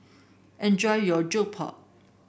enjoy your Jokbal